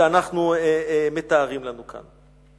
שאנחנו מתארים לנו כאן.